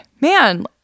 man